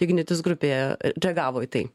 ignitis grupėje reagavo į tai